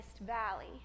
valley